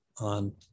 on